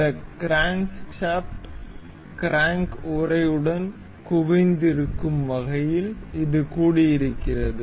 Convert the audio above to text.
இந்த crankshaft crank உறைடன் குவிந்திருக்கும் வகையில் இது கூடியிருக்கிறது